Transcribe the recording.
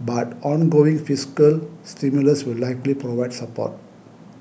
but ongoing fiscal stimulus will likely provide support